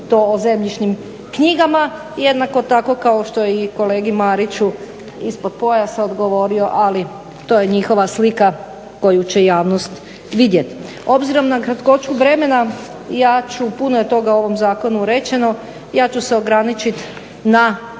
to je njihova slika koju će javnost vidjeti. Obzirom na kratkoću vremena, puno je toga o ovom zakonu rečeno, ja ću se ograničiti na